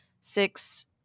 six